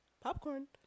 Popcorn